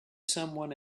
someone